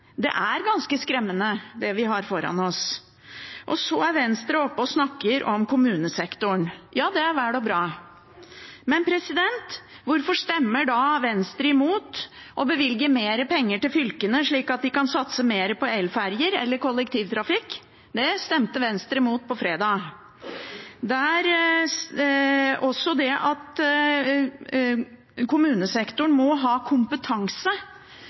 det er ganske skremmende det vi har foran oss. Så er Venstre oppe og snakker om kommunesektoren. Det er vel og bra, men hvorfor stemmer da Venstre imot å bevilge mer penger til fylkene slik at de kan satse mer på elferjer eller kollektivtrafikk? Det stemte Venstre imot på fredag. Det at kommunesektoren må ha kompetanse